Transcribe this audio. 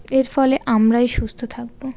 এর ফলে আমরাই সুস্থ থাকবো